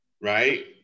right